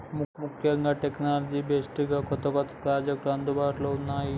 ముఖ్యంగా technology based గా కొత్త కొత్త ప్రాజెక్టులు అందుబాటులో ఉన్నాయి